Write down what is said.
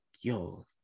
yo